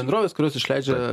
bendrovės kurios išleidžia